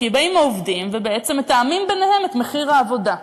כי באים העובדים ובעצם מתאמים ביניהם את מחיר העבודה.